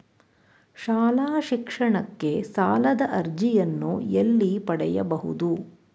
ಶಾಲಾ ಶಿಕ್ಷಣಕ್ಕೆ ಸಾಲದ ಅರ್ಜಿಯನ್ನು ಎಲ್ಲಿ ಪಡೆಯಬಹುದು?